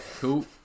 Cool